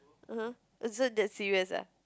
(uh huh) so that's serious ah